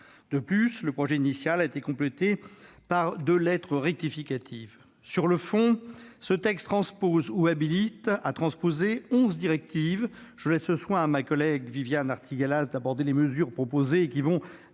De plus, le projet de loi initial a fait l'objet de deux lettres rectificatives. Sur le fond, ce texte transpose ou habilite à transposer onze directives. Je laisserai le soin à ma collègue Viviane Artigalas d'aborder les mesures proposées, et qui vont